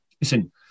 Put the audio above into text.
Listen